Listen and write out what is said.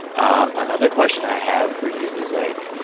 um another question i have for you is, like,